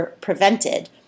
prevented